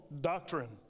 doctrine